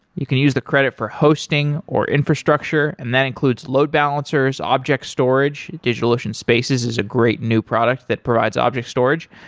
you can use the credit for hosting, or infrastructure, and that includes load balancers, object storage. digitalocean spaces is a great new product that provides object storage,